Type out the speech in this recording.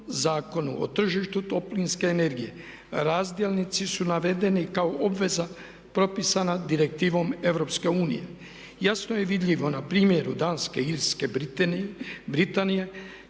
zakonu o tržištu toplinske energije razdjelnici su navedeni kao obveza propisana direktivom EU. Jasno je vidljivo na primjeru Danske, Irske, Britanije